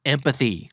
Empathy